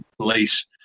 police